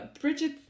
Bridget